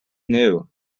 knew